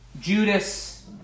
Judas